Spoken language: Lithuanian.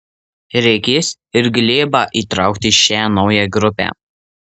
reikės ir glėbą įtraukti į šią naują grupę